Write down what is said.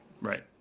Right